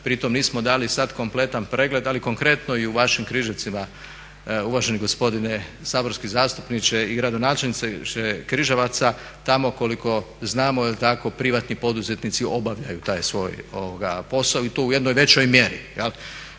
Pri tome nismo dali sada kompletan pregled ali konkretno i u vašim Križevcima, uvaženi gospodine saborski zastupniče i gradonačelniče Križevaca tamo koliko znamo, je li tako, privatni poduzetnici obavljaju taj svoj posao i to u jednoj većoj mjeri.